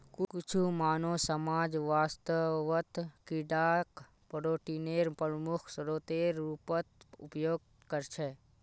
कुछु मानव समाज वास्तवत कीडाक प्रोटीनेर प्रमुख स्रोतेर रूपत उपयोग करछे